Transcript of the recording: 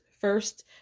first